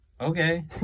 Okay